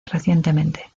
recientemente